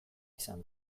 izan